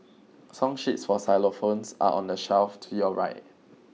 song sheets for xylophones are on the shelf to your right